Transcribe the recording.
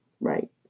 right